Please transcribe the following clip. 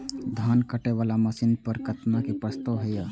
धान काटे वाला मशीन पर केतना के प्रस्ताव हय?